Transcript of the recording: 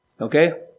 Okay